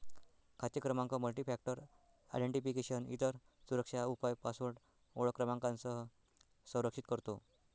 खाते क्रमांक multifactor identification, इतर सुरक्षा उपाय पासवर्ड ओळख क्रमांकासह संरक्षित करतो